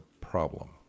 problem